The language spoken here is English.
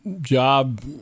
job